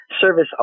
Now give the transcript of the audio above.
service